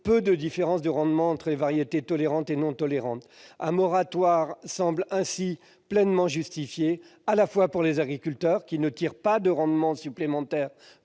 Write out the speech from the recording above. peu de différences de rendement entre variétés tolérantes et non tolérantes. Décider un moratoire semble ainsi pleinement justifié, à la fois pour les agriculteurs, qui ne tirent pas de rendement supplémentaire